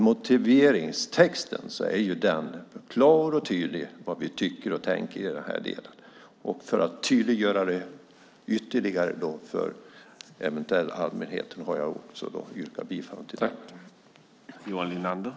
Motiveringstexten är dock klar och tydlig när det gäller vad vi tycker och tänker i denna del, och för att ytterligare tydliggöra det för eventuell allmänhet har jag också yrkat bifall till den.